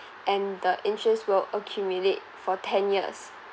and the interest will accumulate for ten years